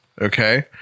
Okay